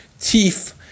teeth